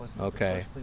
Okay